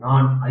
நான் ஐ